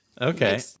Okay